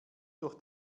durch